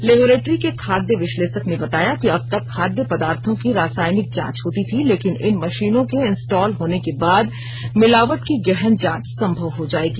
laboratory के खाद्य विश्लेषक ने बताया कि अबतक खाद्य पदार्थो की रासायनिक जांच होती थी लेकिन इन मशीनों के इंस्टॉल होने के बाद मिलावट की गहन जांच संभव हो जाएगी